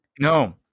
no